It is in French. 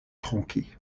tronqué